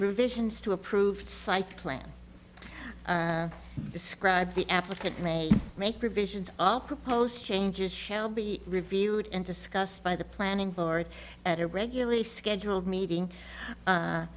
revisions to approved site plan described the applicant may make revisions all proposed changes shall be reviewed and discussed by the planning board at a regularly scheduled meeting